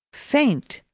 faint,